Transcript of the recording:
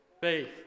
Faith